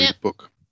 book